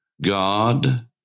God